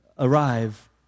arrive